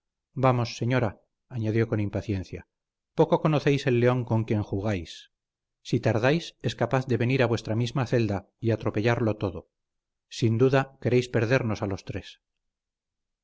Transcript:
vamos señora añadió con impaciencia poco conocéis el león con quien jugáis si tardáis es capaz de venir a vuestra misma celda y atropellarlo todo sin duda queréis perdernos a los tres